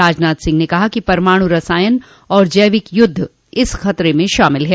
राजनाथ सिंह ने कहा कि परमाणु रसायन और जैविक युद्ध इस खतरे में शामिल हैं